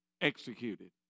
executed